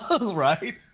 right